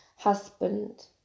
Husband